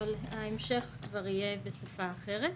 אבל ההמשך כבר יהיה בשפה אחרת.